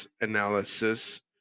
analysis